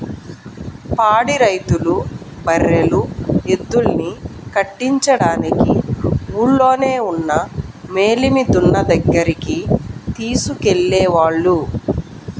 పాడి రైతులు బర్రెలు, ఎద్దుల్ని కట్టించడానికి ఊల్లోనే ఉన్న మేలిమి దున్న దగ్గరికి తీసుకెళ్ళేవాళ్ళు